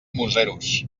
museros